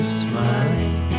smiling